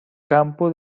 campo